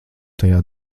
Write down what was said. tajā